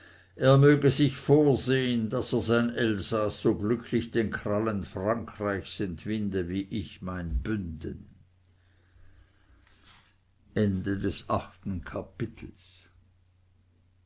er möge sich vorsehn daß er sein elsaß so glücklich den krallen frankreichs entwinde wie ich mein bünden